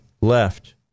left